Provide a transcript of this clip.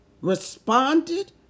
responded